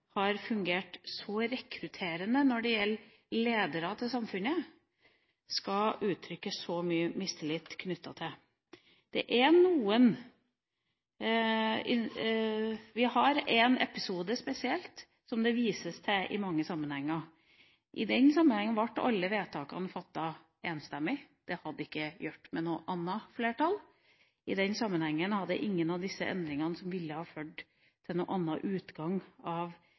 har fungert så godt i alle år, noe som har fungert så rekrutterende når det gjelder ledere til samfunnet. Vi har spesielt en episode som det vises til i mange sammenhenger. I den sammenhengen ble alle vedtak fattet enstemmig. Det hadde ikke hjulpet med noe annet flertall. I den sammenhengen ville ingen av disse endringene ført til en annen utgang av